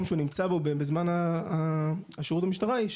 שחבל לבזבז את הזמן שלי עליו.